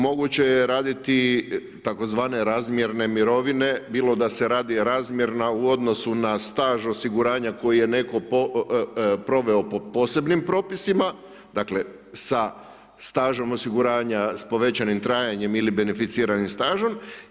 Moguće je raditi tzv. razmjerne mirovine bilo da se radi razmjerna u odnosu na staž osiguranja koji je netko proveo po posebnim propisima, dakle sa stažom osiguranja sa povećanim trajanjem ili beneficiranim stažom.